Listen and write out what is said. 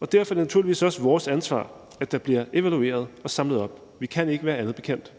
og derfor er det naturligvis også vores ansvar, at der bliver evalueret og samlet op. Vi kan ikke være andet bekendt.